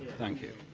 thank you.